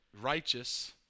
righteous